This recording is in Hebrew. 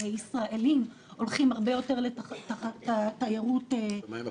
ישראלים הולכים הרבה יותר לתיירות חוץ -- השמיים הפתוחים.